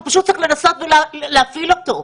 הוא פשוט צריך לנסות ולהפעיל אותו.